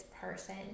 person